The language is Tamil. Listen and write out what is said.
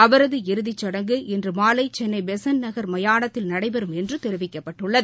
அவரது இறுதிச்சுடங்கு இன்று மாலை சென்னை பெசன்ட் நகர் மயானத்தில் நடைபெறும் என்று தெரிவிக்கப்பட்டுள்ளது